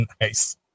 Nice